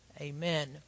amen